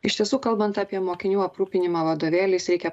iš tiesų kalbant apie mokinių aprūpinimą vadovėliais reikia